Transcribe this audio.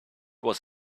was